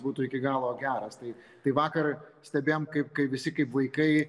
būtų iki galo geras tai tai vakar stebėjom kaip kaip visi kaip vaikai